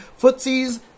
footsies